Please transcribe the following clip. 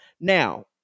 Now